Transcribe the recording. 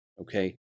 Okay